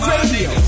Radio